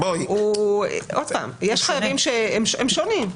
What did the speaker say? יש חייבים שהם שונים.